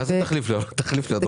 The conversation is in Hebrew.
מה זה תחליף לארוחת בוקר.